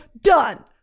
Done